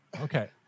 Okay